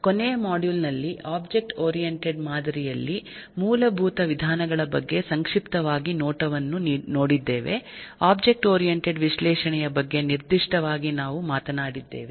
ಕೊನೆಯ ಮಾಡ್ಯೂಲ್ ನಲ್ಲಿ object oriented ಮಾದರಿಯಲ್ಲಿ ಮೂಲಭೂತ ವಿಧಾನಗಳ ಬಗ್ಗೆ ಸಂಕ್ಷಿಪ್ತವಾದ ನೋಟವನ್ನು ನೋಡಿದ್ದೇವೆ ಒಬ್ಜೆಕ್ಟ್ ಓರಿಯಂಟೆಡ್ ವಿಶ್ಲೇಷಣೆಯ ಬಗ್ಗೆ ನಿರ್ದಿಷ್ಟವಾಗಿ ನಾವು ಮಾತನಾಡಿದ್ದೇವೆ